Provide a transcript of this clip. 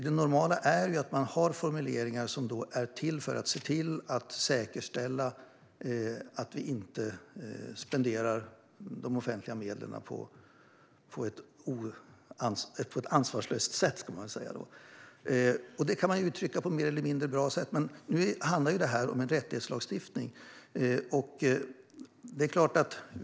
Det normala är därför att ha formuleringar som ska säkerställa att offentliga medel inte spenderas på ett ansvarslöst sätt. Detta kan uttryckas på mer eller mindre bra sätt, men här handlar det om en rättighetslagstiftning.